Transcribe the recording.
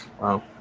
Wow